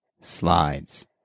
Slides